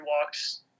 walks